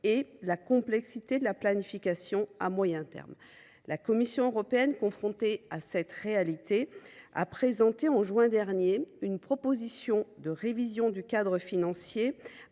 et la complexité de la planification à moyen terme. La Commission européenne, confrontée à cette réalité, a présenté en juin dernier une proposition de révision du CFP incluant